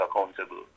accountable